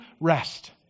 rest